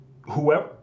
Whoever